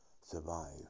survive